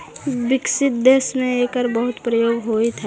विकसित देश में एकर बहुत उपयोग होइत हई